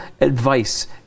advice